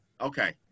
Okay